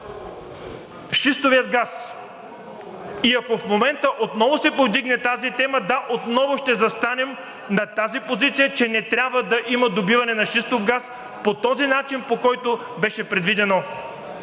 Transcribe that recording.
шистовия газ. И ако в момента отново се повдигне тази тема, да, отново ще застанем на тази позиция, че не трябва да има добиване на шистов газ по този начин, по който беше предвидено.